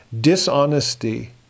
dishonesty